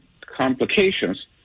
complications